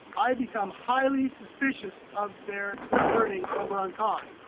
i become highly suspicious of their learning over on khan.